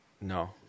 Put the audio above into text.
No